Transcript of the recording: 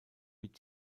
mit